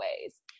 ways